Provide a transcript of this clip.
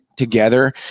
together